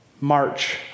March